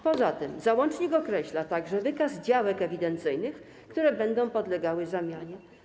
Poza tym załącznik określa także wykaz działek ewidencyjnych, które będą podlegały zamianie.